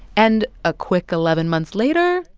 and a quick eleven months later,